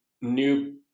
new